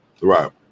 Right